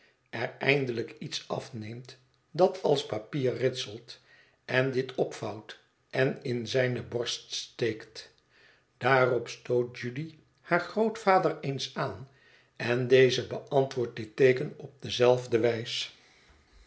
er eindelijk iets afneemt dat als papier ritselt en dit opvouwt en in zijne borst steekt daarop stoot judy haar grootvader eens aan en deze beantwoordt dit teeken op dezelfde wijs